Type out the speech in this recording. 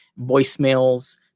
Voicemails